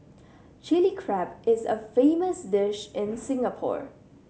Chilli Crab is a famous dish in Singapore